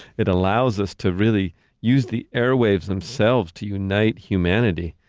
it allows us to really use the airwaves themselves to unite humanity,